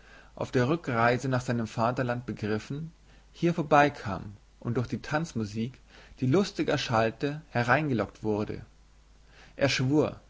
auf der rückreise nach seinem vaterlande begriffen hier vorbeikam und durch die tanzmusik die lustig erschallte hereingelockt wurde er schwur